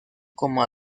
como